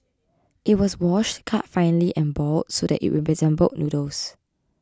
it was washed cut finely and boiled so that it resembled noodles